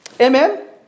Amen